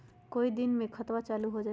कई दिन मे खतबा चालु हो जाई?